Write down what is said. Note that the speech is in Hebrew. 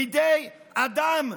בידי אדם,